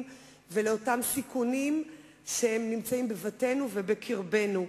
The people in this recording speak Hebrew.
ולאותם סיכונים שנמצאים בבתינו ובקרבנו.